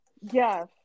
Yes